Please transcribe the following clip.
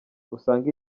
usanga